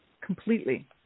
completely